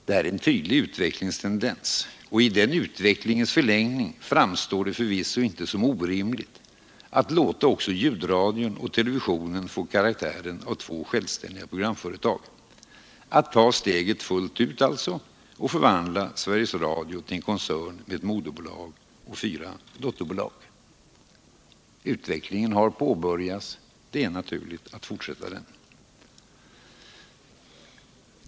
Det här är en tydlig utvecklingstendens, och i den utvecklingens förlängning framstår det förvisso inte som orimligt att låta också ljudradion och televisionen få karaktären av två självständiga programföretag — alltså att ta steget fullt ut och förvandla Sveriges Radio till en koncern med ett moderbolag och fyra dotterbolag. En utveckling i den riktningen har påbörjats, och det är naturligt att låta den fortsätta.